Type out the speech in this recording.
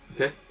Okay